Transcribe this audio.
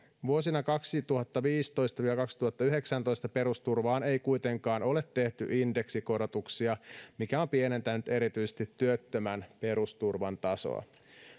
vuosina kaksituhattaviisitoista viiva kaksituhattayhdeksäntoista perusturvaan ei kuitenkaan ole tehty indeksikorotuksia mikä on pienentänyt erityisesti työttömän perusturvan tasoa